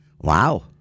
Wow